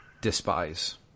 despise